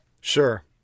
Sure